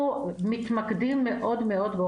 הדוח לא עסק בזה שאנחנו ניתחנו ממש בכל